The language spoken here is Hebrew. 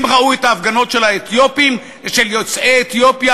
הם ראו את ההפגנות של האתיופים, של יוצאי אתיופיה,